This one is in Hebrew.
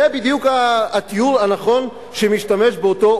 זה בדיוק התיאור הנכון שמשתמש בו אותו